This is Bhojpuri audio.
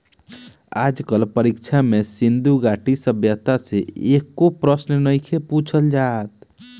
आज कल परीक्षा में सिन्धु घाटी सभ्यता से एको प्रशन नइखे पुछल जात